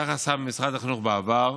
כך עשה משרד החינוך בעבר,